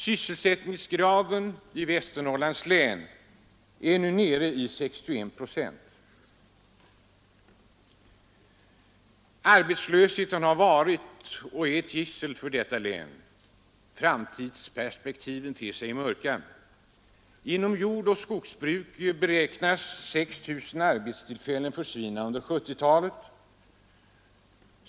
Sysselsättningsgraden i Västernorrlands län är nu nere i 61 procent. Arbetslösheten har varit och är ett gissel för länet, och framtidsperspektiven ter sig mörka. Inom jordoch skogsbruk räknar man med att 6 000 arbetstillfällen kommer att försvinna under 1970-talet.